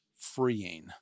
freeing